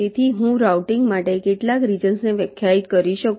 તેથી હું રાઉટીંગ માટે કેટલાક રિજન્સને વ્યાખ્યાયિત કરી શકું